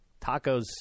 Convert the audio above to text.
tacos –